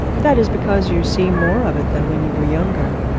that is because you see more of it than when you were younger.